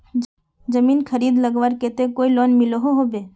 जमीन खरीद लगवार केते कोई लोन मिलोहो होबे?